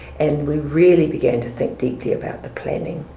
and we really began to think deeply about the planning.